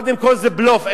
קודם כול, זה בלוף.